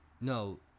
No